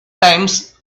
times